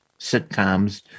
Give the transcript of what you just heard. sitcoms